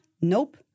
Nope